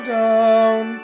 down